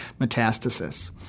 metastasis